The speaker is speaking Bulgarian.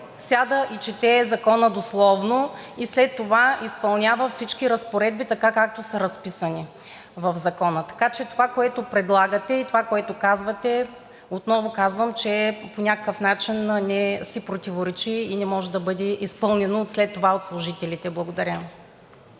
сяда и чете Закона дословно и след това изпълнява всички разпоредби така, както са разписани в Закона. Така че това, което предлагате, и това, което казвате, отново казвам, че по някакъв начин си противоречи и не може да бъде изпълнено след това от служителите. Благодаря.